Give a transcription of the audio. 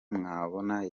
mwabona